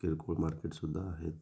किरकोळ मार्केट सुद्धा आहेत